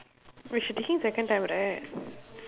wait she taking second time right